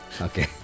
Okay